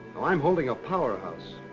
i'm holding a powerhouse.